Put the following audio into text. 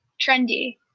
trendy